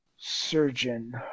Surgeon